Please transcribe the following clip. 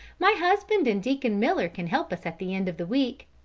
my husband and deacon miller can help us at the end of the week.